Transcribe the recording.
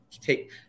take